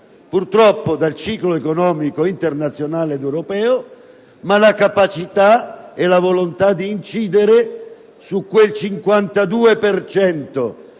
purtroppo, dal ciclo economico internazionale europeo, ma la capacità e la volontà di incidere su quel 52